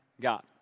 God